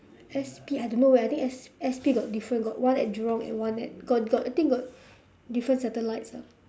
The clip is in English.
S_P I don't know eh I think S S_P got different got one at jurong and one at got got I think got different satellites ah